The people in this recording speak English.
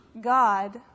God